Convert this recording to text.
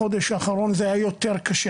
בחודש האחרון זה היה יותר קשה,